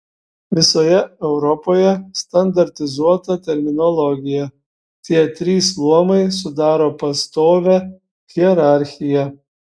visoje europoje standartizuota terminologija tie trys luomai sudaro pastovią hierarchiją